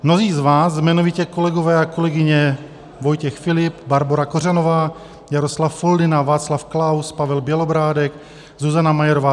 Mnozí z vás, jmenovitě kolegové a kolegyně Vojtěch Filip, Barbora Kořanová, Jaroslav Foldyna, Václav Klaus, Pavel Bělobrádek, Zuzana Majerová